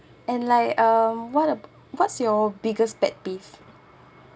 and like um what a what's your biggest pet peeve